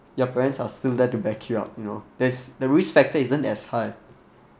your parents are still there to back you up you know there's the risk factor isn't as high